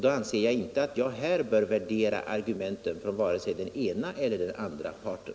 Då anser jag inte att jag här bör värdera argumenten från vare sig den ena eller den andra parten.